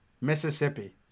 mississippi